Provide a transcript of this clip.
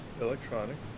electronics